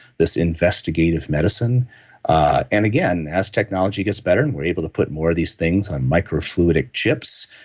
this investigative medicine ah and again, as technology gets better, and we're able to put more of these things on microfluidic chips.